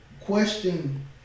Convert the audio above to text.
question